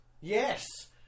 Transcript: yes